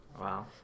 wow